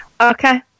Okay